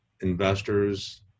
investors